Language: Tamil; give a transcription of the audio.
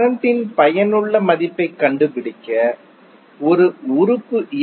கரண்ட்டின் பயனுள்ள மதிப்பைக் கண்டுபிடிக்க ஒரு உறுப்பு ஏ